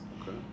Okay